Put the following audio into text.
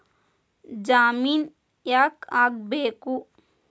ಜಾಮಿನ್ ಯಾಕ್ ಆಗ್ಬೇಕು?